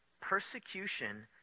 persecution